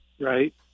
right